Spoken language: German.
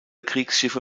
kriegsschiffe